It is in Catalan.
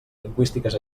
lingüístiques